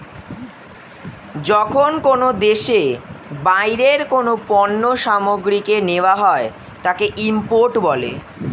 যখন কোনো দেশে বাইরের কোনো পণ্য সামগ্রীকে নেওয়া হয় তাকে ইম্পোর্ট বলে